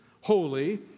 holy